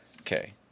Okay